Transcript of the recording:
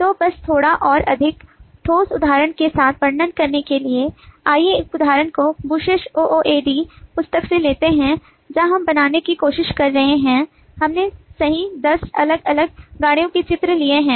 तो बस थोड़ा और अधिक ठोस उदाहरण के साथ वर्णन करने के लिए आइए इस उदाहरण को Booches OOAD पुस्तक से लेते हैं जहाँ हम बनाने की कोशिश कर रहे हैं हमने सही दस अलग अलग गाड़ियों के चित्र दिए हैं